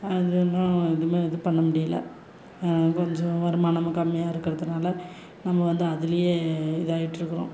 அதிலலாம் எதுவுமே இது பண்ணமுடியல கொஞ்சம் வருமானமும் கம்மியாக இருக்கிறதுனால நம்ம வந்து அதுலேயே இதாக ஆயிட்ருக்கிறோம்